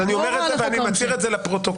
אני אומר את זה ואני מצהיר את זה לפרוטוקול.